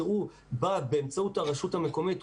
שבא באמצעות הרשות המקומית,